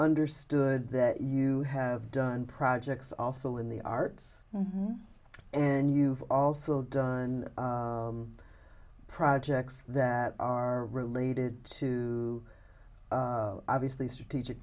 understood that you have done projects also in the arts and you've also done projects that are related to obviously strategic